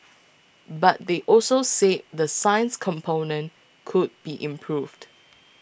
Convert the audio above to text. but they also said the science component could be improved